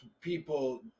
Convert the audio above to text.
people